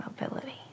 mobility